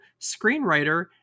screenwriter